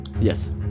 Yes